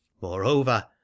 Moreover